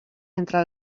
entre